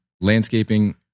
landscaping